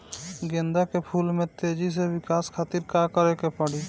गेंदा के फूल में तेजी से विकास खातिर का करे के पड़ी?